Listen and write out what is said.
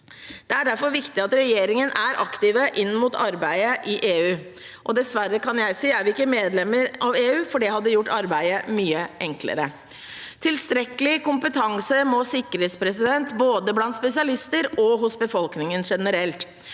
Det er derfor viktig at regjeringen er aktiv inn mot arbeidet i EU, og dessverre – kan jeg si – er vi ikke medlem av EU, for det hadde gjort arbeidet mye enklere. Tilstrekkelig kompetanse må sikres, både blant spesialister og hos befolkningen generelt.